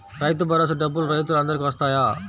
రైతు భరోసా డబ్బులు రైతులు అందరికి వస్తాయా?